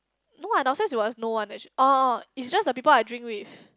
no what downstairs it was no one orh orh it's just the people I drink with